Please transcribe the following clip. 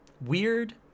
weird